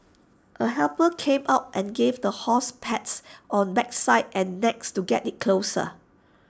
A helper came out and gave the horse pats on backside and neck to get IT closer